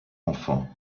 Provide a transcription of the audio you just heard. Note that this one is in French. enfants